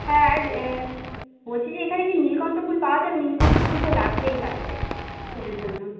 হ্যাঁ আর বলছি যে এখানে কি নীলকণ্ঠ ফুল পাওয়া যাবে নীলকণ্ঠ ফুল তো লাগবেই লাগবে পুজোর জন্য